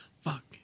fuck